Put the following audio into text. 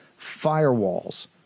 firewalls